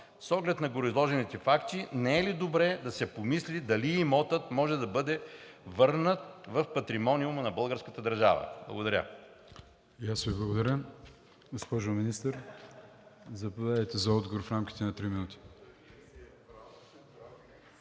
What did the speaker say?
С оглед на гореизложените факти не е ли добре да се помисли дали имотът може да бъде върнат в патримониума на българската държава? Благодаря.